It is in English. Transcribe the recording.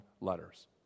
letters